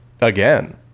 again